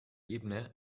ebene